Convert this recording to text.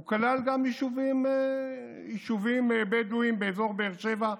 והוא כלל גם יישובים בדואיים באזור באר שבע,